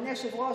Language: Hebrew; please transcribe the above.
אדוני היושב-ראש,